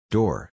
Door